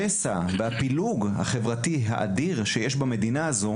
כרגע השסע והפילוג החברתי האדיר שיש במדינה הזו